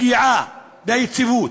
הרגיעה והיציבות.